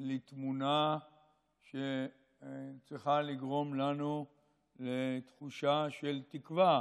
לתמונה שצריכה לגרום לנו לתחושה של תקווה